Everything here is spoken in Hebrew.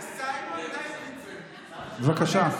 בבקשה.